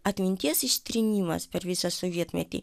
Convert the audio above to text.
atminties ištrynimas per visą sovietmetį